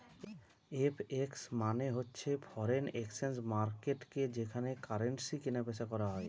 FX মানে হচ্ছে foreign exchange মার্কেটকে যেখানে কারেন্সি কিনা বেচা করা হয়